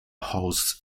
hosts